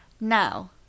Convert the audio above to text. Now